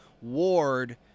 Ward